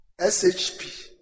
SHP